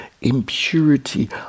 impurity